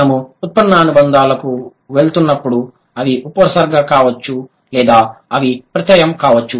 మనము ఉత్పన్న అనుబంధాలకు వెళ్తున్నప్పుడు అవి ఉపసర్గ కావచ్చు లేదా అవి ప్రత్యయం కావచ్చు